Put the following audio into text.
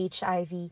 HIV